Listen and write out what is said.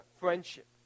friendship